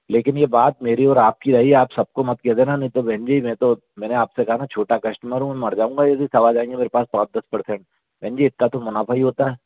लेकिन यह बात मेरी और आपकी रही आप सबको मत कह देना नहीं तो बहन जी मैं तो मैंने आपसे कहा छोटा कस्टमर हूँ मर जाऊंगा यदि सब आ जाएंगे मेरे पास पाँच दस परसेंट बहन जी इतना तो मुनाफा ही होता है